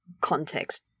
context